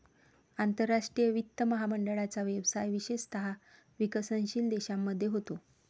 आंतरराष्ट्रीय वित्त महामंडळाचा व्यवसाय विशेषतः विकसनशील देशांमध्ये होतो